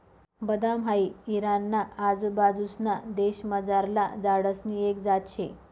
बदाम हाई इराणा ना आजूबाजूंसना देशमझारला झाडसनी एक जात शे